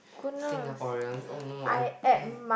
Singaporeans oh no I I